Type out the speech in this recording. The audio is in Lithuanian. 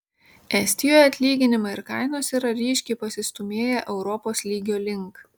estijoje atlyginimai ir kainos yra ryškiai pasistūmėję europos lygio link